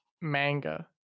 manga